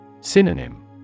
Synonym